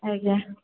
ଆଜ୍ଞା